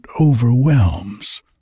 overwhelms